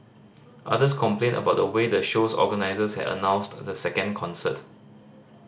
others complained about the way the show's organisers had announced the second concert